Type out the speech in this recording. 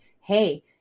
Hey